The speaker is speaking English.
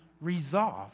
resolve